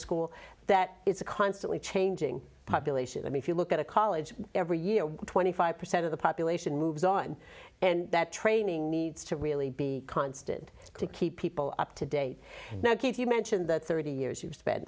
school that it's a constantly changing population i mean if you look at a college every year twenty five percent of the population moves on and that training needs to really be constant to keep people up to date now kids you mentioned that thirty years you spent